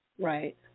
Right